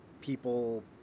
people